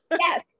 Yes